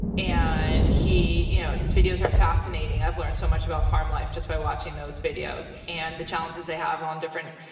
and, you know, his videos are fascinating. i've learned so much about farm life just by watching those videos, and the challenges they have on different,